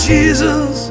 Jesus